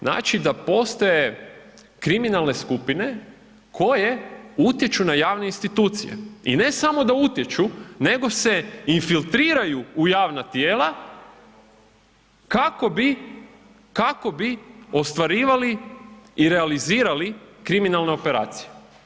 Znači da postoje kriminalne skupine koje utječu na javne institucije, i ne samo da utječu, nego se infiltriraju u javna tijela kako bi, kako bi ostvarivali i realizirali kriminalne operacije.